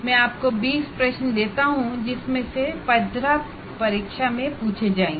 मैं आपको 20 प्रश्न देता हूं जिनमें से 15 परीक्षा में पूछे जाएंगे